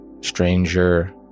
stranger